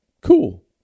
cool